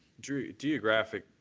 geographic